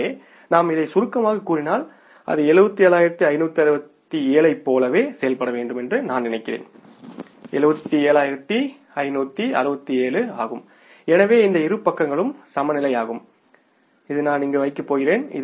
எனவே நாம் இதைச் சுருக்கமாகக் கூறினால் அது 7756 7567 ஆகும் எனவே இந்த இரு பக்கங்களும் சமநிலையாகும் இது நான் இங்கு வைக்கப் போகிறேன்